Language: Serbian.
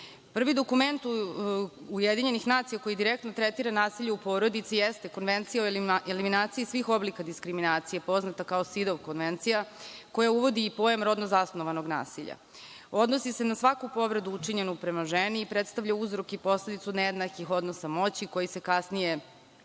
dokument UN koji direktno tretira nasilje u porodici jeste Konvencija o eliminaciji svih oblika diskriminacije, poznata kao SIDOV konvencija, koja uvodi i pojam rodnozasnovanog nasilja. Odnosi se na svaku povredu učinjenu prema ženi i predstavlja uzrok i posledicu nejednakih odnosa moći koji kasnije utiču